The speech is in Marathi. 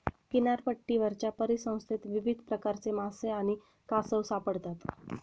किनारपट्टीवरच्या परिसंस्थेत विविध प्रकारचे मासे आणि कासव सापडतात